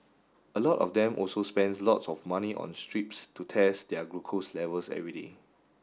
a lot of them also spend lots of money on strips to test their glucose levels every day